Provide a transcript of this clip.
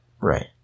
Right